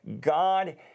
God